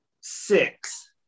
Six